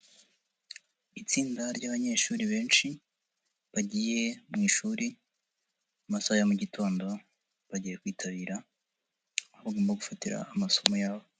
Itsinda ry'abanyeshuri benshi bagiye mu ishuri masaha ya mugitondo, bagiye kwitabira aho bagomba gufatira amasomo yabo.